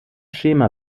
schema